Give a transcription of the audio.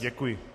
Děkuji.